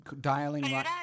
dialing